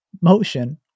motion